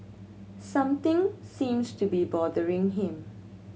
something seems to be bothering him